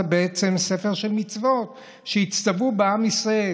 בעצם ספר של מצוות שהצטוו בהן עם ישראל.